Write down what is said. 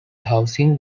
housing